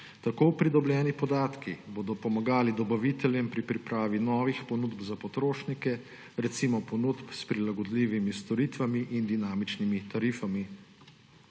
Tako pridobljeni podatki bodo pomagali dobaviteljem pri pripravi novih ponudb za potrošnike, recimo ponudb s prilagodljivimi storitvami in dinamičnimi tarifami.